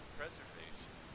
preservation